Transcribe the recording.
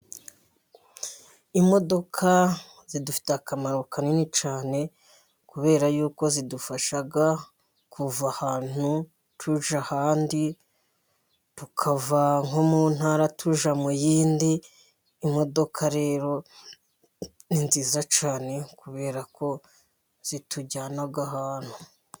Imodoka zidufitiye akamaro kanini cyane, kubera yuko zidufasha kuva ahantu tujya ahandi, tukava nko mu ntara tujya mu yindi, imodoka rero ni nziza cyane kubera ko zitujyana ahantu.